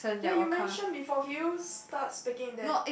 ya you mention before can you start speaking that